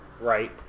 right